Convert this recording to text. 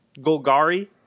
Golgari